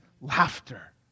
laughter